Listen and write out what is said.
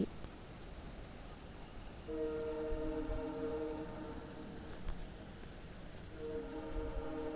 ರಸಗೊಬ್ಬರ, ಭತ್ತಕ್ಕ ಎಷ್ಟ ತೊಂದರೆ ಆಕ್ಕೆತಿ?